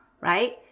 right